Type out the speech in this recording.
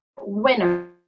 winner